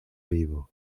vivo